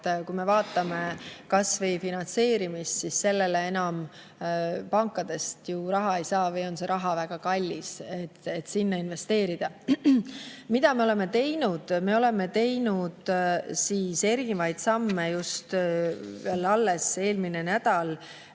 et kui me võtame kas või finantseerimise, siis sellele enam pankadest raha ei saa või on see raha väga kallis, et sinna investeerida. Mida me oleme teinud? Me oleme astunud erinevaid samme näiteks eelminegi nädal